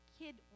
kid